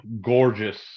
gorgeous